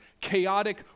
chaotic